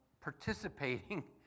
participating